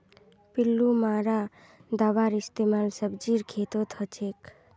पिल्लू मारा दाबार इस्तेमाल सब्जीर खेतत हछेक